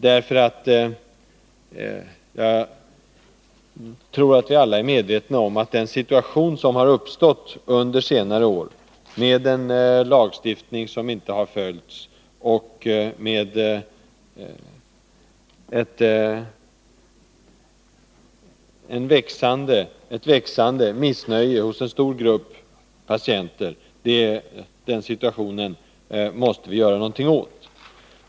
Vi måste — det tror jag alla är medvetna om — göra något åt den situation som under senare år har uppstått, med en lagstiftning som inte har följts och med ett växande missnöje hos en stor grupp människor.